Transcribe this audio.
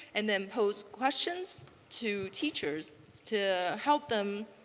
and then pose questions to teachers to help them